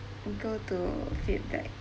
go to feedback